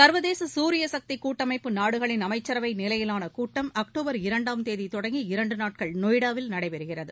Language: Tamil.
சர்வதேச சூரிய சக்தி கூட்டமைப்பு நாடுகளின் அமைச்சரவை நிலையிவான கூட்டம் அக்டோபர் இரண்டாம் தேதி தொடங்கி இரண்டு நாட்கள் நொய்டாவில் நடைபெறுகிறது